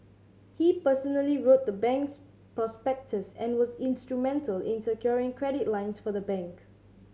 he personally wrote the bank's prospectus and was instrumental in securing credit lines for the bank